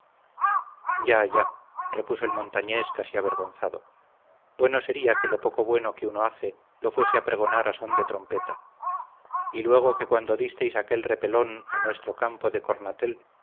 ya ya repuso el montañés casi avergonzado bueno sería que lo poco bueno que uno hace lo fuese a pregonar a son de trompeta y luego que cuando disteis aquel repelón a nuestro campo de cornatel